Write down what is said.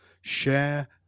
Share